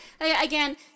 Again